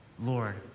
Lord